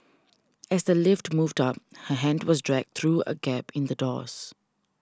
as the lift moved up her hand was dragged through a gap in the doors